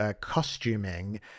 costuming